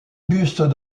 bustes